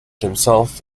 himself